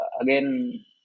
again